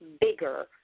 bigger